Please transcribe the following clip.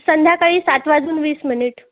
संध्याकाळी सात वाजून वीस मिनिट